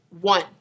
One